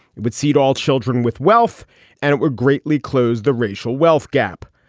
it would seat all children with wealth and it will greatly close the racial wealth gap.